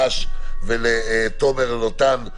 נחמן אש ולתומר לוטן.